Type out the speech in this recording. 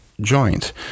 joint